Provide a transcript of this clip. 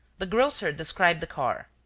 the grocer described the car,